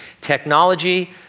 Technology